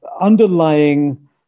underlying